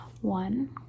one